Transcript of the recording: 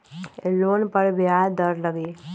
Loan पर ब्याज दर लगी?